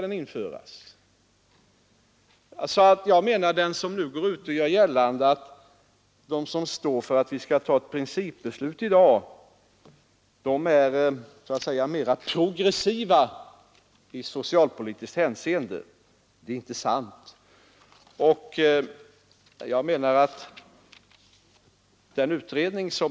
Den som gör gällande att de som står för att vi skall ta ett principbeslut i dag är mera progressiva i socialpolitiskt hänseende talar inte sanning.